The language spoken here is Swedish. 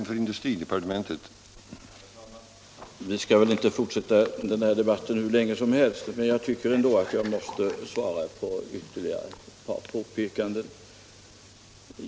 Herr talman! Vi skall väl inte fortsätta den här debatten hur länge som helst, men jag tycker ändå att jag måste bemöta ytterligare ett par påståenden.